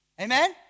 Amen